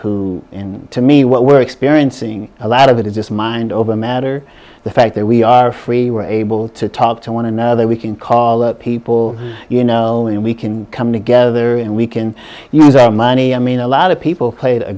who and to me what we're experiencing a lot of it is just mind over matter the fact that we are free we're able to talk to one another we can call up people you know and we can come together and we can use our money i mean a lot of people play